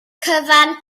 cyfan